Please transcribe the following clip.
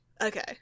Okay